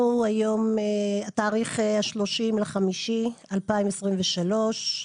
היום התאריך 30 במאי 2023,